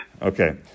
Okay